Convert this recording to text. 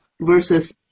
versus